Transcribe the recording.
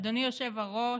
אדוני היושב-ראש,